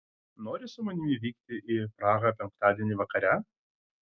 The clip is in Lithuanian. nori su manimi vykti į prahą penktadienį vakare